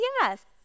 yes